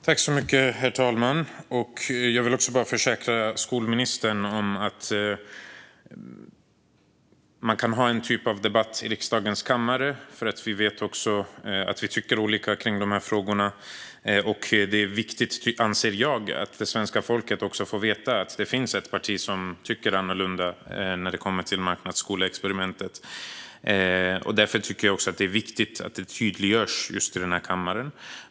Herr talman! Jag vill bara försäkra skolministern om att man kan ha en debatt i riksdagens kammare - vi vet att vi tycker olika i dessa frågor, och det är viktigt, anser jag, att svenska folket får veta att det finns ett parti som tycker annorlunda när det gäller marknadsskoleexperimentet. Jag tycker att det är viktigt att det tydliggörs i den här kammaren.